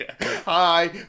Hi